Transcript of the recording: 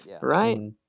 Right